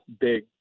big